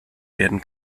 werden